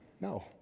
No